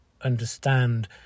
understand